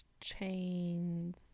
Chains